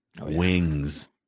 Wings